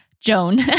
Joan